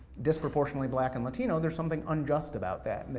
disproportionately black and latino, there's something unjust about that.